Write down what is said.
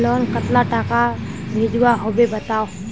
Loan कतला टाका भेजुआ होबे बताउ?